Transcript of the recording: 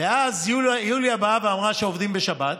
ואז יוליה באה ואמרה שעובדים בשבת,